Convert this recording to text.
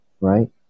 right